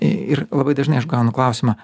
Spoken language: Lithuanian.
ir labai dažnai aš gaunu klausimą